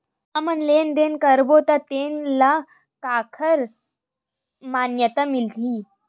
हमन लेन देन करबो त तेन ल काखर मान्यता मिलही?